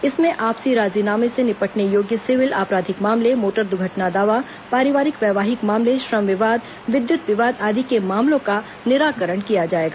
इसमें आपसी राजीनामे से निपटने योग्य सिविल आपराधिक मामले मोटर दुर्घटना दावा पारिवारिक वैवाहिक मामले श्रम विवाद विद्युत विवाद आदि के मामलों का निराकरण किया जाएगा